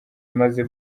maze